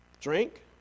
drink